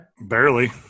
Barely